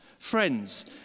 Friends